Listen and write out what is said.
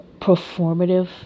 performative